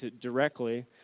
directly